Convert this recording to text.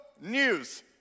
news